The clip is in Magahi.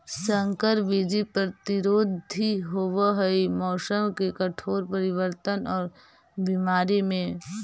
संकर बीज प्रतिरोधी होव हई मौसम के कठोर परिवर्तन और बीमारी में